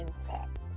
intact